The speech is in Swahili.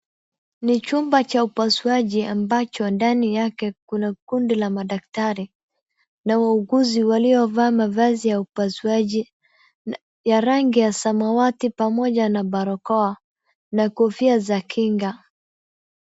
Ni chumba cha upasuaji ambacho ndani yake kuna kundi la madaktari na wauguzi waliovaa mavazi ya upasuaji ya rangi ya samawati pamoja na barakoa, na kofia za kinga.